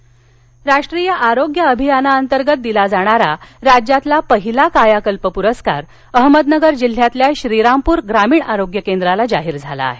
अहमदनगर राष्ट्रीय आरोग्य अभियांनातर्गत दिला जाणारा राज्यातला पहिला कायाकल्प पुरस्कार अहमदनगर जिल्ह्यातल्या श्रीरामपूर ग्रामीण आरोग्य केंद्राला जाहीर झाला आहे